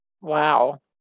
wow